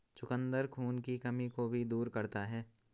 चुकंदर खून की कमी को भी दूर करता है